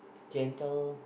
gentle